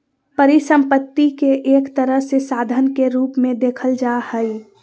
परिसम्पत्ति के एक तरह से साधन के रूप मे देखल जा हय